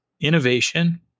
innovation